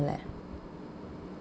leh